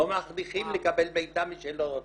לא מכריחים לקבל מידע מי שלא רוצה.